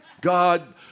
God